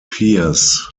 peers